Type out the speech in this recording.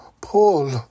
Paul